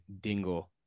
Dingle